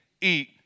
eat